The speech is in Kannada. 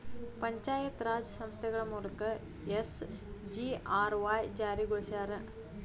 ಪಂಚಾಯತ್ ರಾಜ್ ಸಂಸ್ಥೆಗಳ ಮೂಲಕ ಎಸ್.ಜಿ.ಆರ್.ವಾಯ್ ಜಾರಿಗೊಳಸ್ಯಾರ